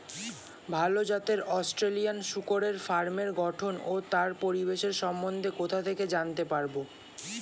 ভাল জাতের অস্ট্রেলিয়ান শূকরের ফার্মের গঠন ও তার পরিবেশের সম্বন্ধে কোথা থেকে জানতে পারবো?